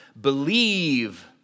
believe